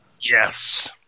Yes